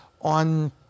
on